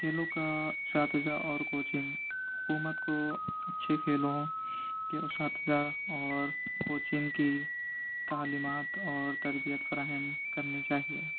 کھیلوں کا اساتذہ اور کوچنگ حکومت کو اچھے کھیلوں کے اساتذہ اور کوچنگ کی تعلیمات اور تربیت فراہم کرنی چاہیے